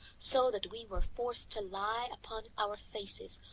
so that we were forced to lie upon our faces,